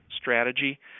strategy